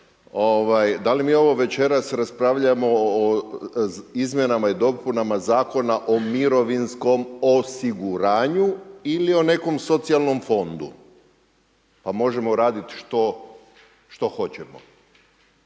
Da li mi ovo večeras raspravljamo o izmjenama i dopunama Zakona o mirovinskom osiguranju ili o nekom socijalnom fondu? Pa možemo radit što hoćemo.